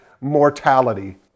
Mortality